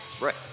Right